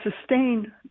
sustain